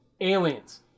Aliens